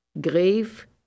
grave